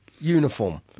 uniform